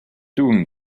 doing